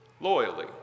loyally